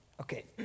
Okay